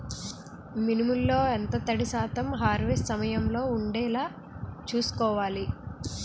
మినుములు లో ఎంత తడి శాతం హార్వెస్ట్ సమయంలో వుండేలా చుస్కోవాలి?